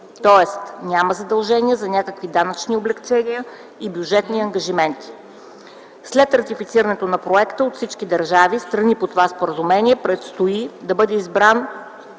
Тоест няма задължения за някакви данъчни облекчения и бюджетни ангажименти. След ратифицирането на проекта от всички държави, страни по това споразумение, предстои да бъдат избрани